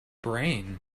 brain